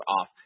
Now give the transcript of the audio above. off